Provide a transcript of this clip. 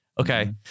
Okay